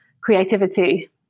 creativity